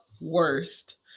worst